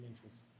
interests